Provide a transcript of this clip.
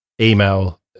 email